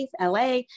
LA